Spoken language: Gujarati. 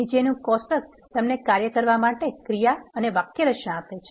નીચેનું કોષ્ટક તમને કાર્ય કરવા માટે ક્રિયા અને વાક્યરચના આપે છે